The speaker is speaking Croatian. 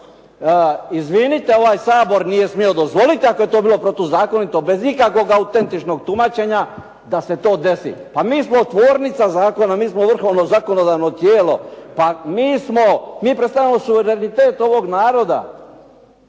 Izvinite, ovaj Sabor nije smio dozvoliti ako je to bilo protuzakonito bez ikakvoga autentičnoga tumačenja da se to desi. A mi smo tvornica zakona, mi smo vrhovno zakonodavno tijelo, pa mi smo, mi predstavljamo suverenitet ovoga naroda.